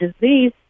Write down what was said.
disease